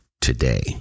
today